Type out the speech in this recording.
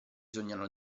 sognano